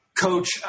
Coach